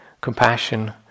compassion